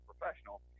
professional